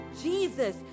Jesus